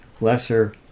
lesser